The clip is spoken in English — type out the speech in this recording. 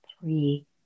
Three